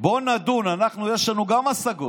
בוא נדון, אנחנו, יש לנו גם השגות,